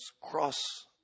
cross